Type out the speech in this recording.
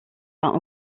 fin